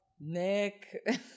Nick